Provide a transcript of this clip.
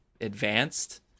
advanced